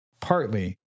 Partly